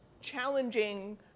challenging